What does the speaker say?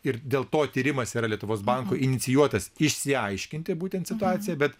ir dėl to tyrimas yra lietuvos banko inicijuotas išsiaiškinti būtent situaciją bet